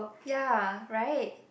ya right